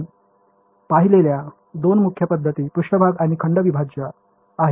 आपण पाहिलेल्या दोन मुख्य पद्धती पृष्ठभाग आणि खंड अविभाज्य आहेत